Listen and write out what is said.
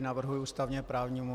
Navrhuji ústavněprávnímu.